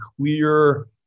clear